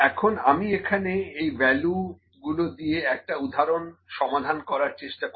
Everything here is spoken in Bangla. এখন আমি এখানে এই ভ্যালু গুলো দিয়ে একটা উদাহরণ সমাধান করার চেষ্টা করবো